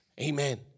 Amen